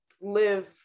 live